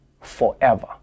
forever